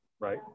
right